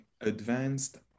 Advanced